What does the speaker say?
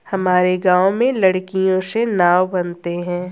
हमारे गांव में लकड़ियों से नाव बनते हैं